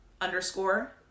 underscore